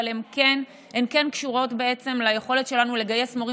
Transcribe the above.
אבל הן כן קשורות בעצם ליכולת שלנו לגייס מורים